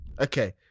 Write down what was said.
okay